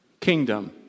Kingdom